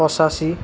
পঁচাশী